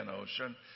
Ocean